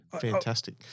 Fantastic